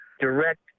direct